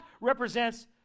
represents